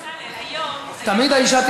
אי-אפשר לחלק עכשיו את העלות הכוללת,